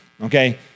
Okay